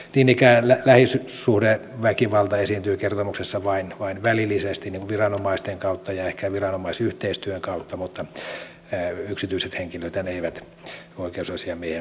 niin ikään lähisuhdeväkivalta esiintyy kertomuksessa vain välillisesti viranomaisten kautta ja ehkä viranomaisyhteistyön kautta mutta yksityiset henkilöthän eivät oikeusasiamiehen toimivaltaan kuulu